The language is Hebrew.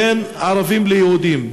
בין ערבים ליהודים,